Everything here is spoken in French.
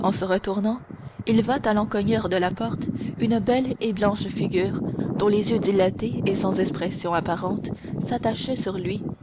en se retournant il vit à l'encoignure de la porte une belle et blanche figure dont les yeux dilatés et sans expression apparente s'attachaient sur lui